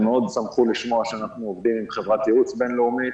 הם שמחו מאוד לשמוע שאנחנו עובדים עם חברת ייעוץ בין-לאומית,